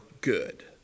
good